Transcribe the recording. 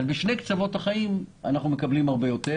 בשני קצוות החיים אנחנו מקבלים הרבה יותר